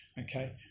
okay